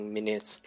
Minutes